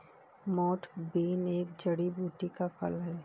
मोठ बीन एक जड़ी बूटी का फल है